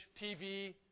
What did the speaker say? TV